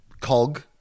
COG